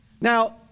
Now